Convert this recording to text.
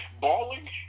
balling